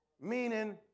meaning